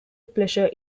pleasure